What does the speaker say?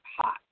hot